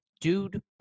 Dude